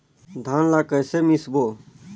धान ला कइसे मिसबो?